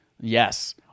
Yes